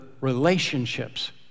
relationships